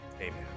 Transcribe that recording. Amen